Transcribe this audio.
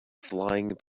flying